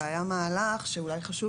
והיה מהלך שהיה חשוב